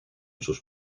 sus